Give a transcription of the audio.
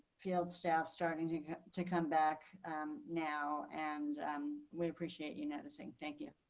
field staff starting to come back now and um we appreciate you noticing. thank you.